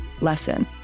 lesson